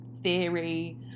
theory